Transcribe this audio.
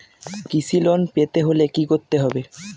কৃষি লোন পেতে হলে কি করতে হবে?